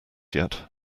yet